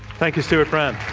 thank you, stewart brand.